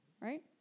right